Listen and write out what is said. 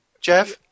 Jeff